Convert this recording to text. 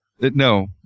No